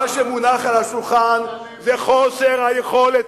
מה שמונח על השולחן זה חוסר היכולת,